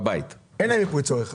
אין להם מיפוי צורך.